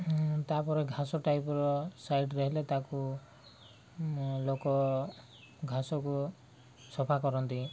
ତାପରେ ଘାସ ଟାଇପର ସାଇଡ଼ରେ ହେଲେ ତାକୁ ଲୋକ ଘାସକୁ ସଫା କରନ୍ତି